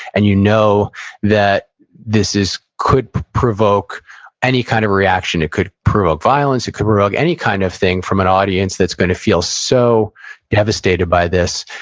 and you know that this could provoke any kind of reaction. it could provoke violence, it could provoke any kind of thing from an audience that's going to feel so devastated by this.